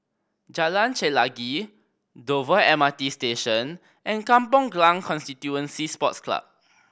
Jalan Chelagi Dover M R T Station and Kampong Glam Constituency Sports Club